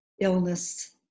illness